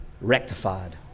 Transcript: rectified